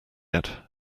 yet